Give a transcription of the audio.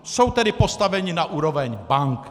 Jsou tedy postaveni na úroveň bank.